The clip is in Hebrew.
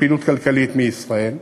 על פעילות כלכלית בישראל,